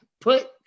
put